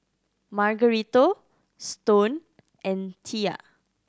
Margarito Stone and Tilla